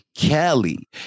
kelly